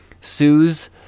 Sue's